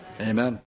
amen